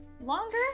Longer